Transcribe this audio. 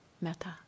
metta